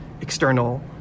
external